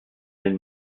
den